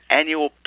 annual